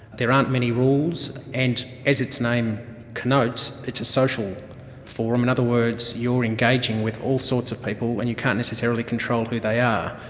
there aren't many rules. and as its name connotes, it's a social forum. in other words, you are engaging with all sorts of people and you can't necessarily control who they are.